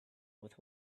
with